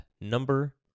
number